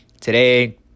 Today